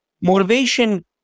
Motivation